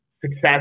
success